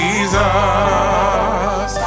Jesus